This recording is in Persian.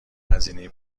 هزینه